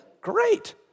great